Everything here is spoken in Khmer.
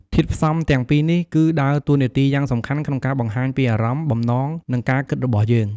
ធាតុផ្សំទាំងពីរនេះគឺដើរតួនាទីយ៉ាងសំខាន់ក្នុងការបង្ហាញពីអារម្មណ៍ បំណង និងការគិតរបស់យើង។